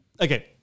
Okay